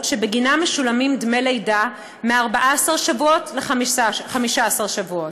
שבגינה משולמים דמי לידה מ-14 שבועות ל-15 שבועות.